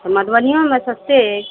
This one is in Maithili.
मधुबनिओमऽ सस्ते अछि